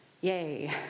Yay